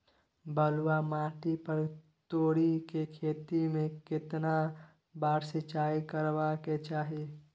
बलुआ माटी पर तोरी के खेती में केतना बार सिंचाई करबा के चाही?